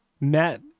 Matt